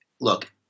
Look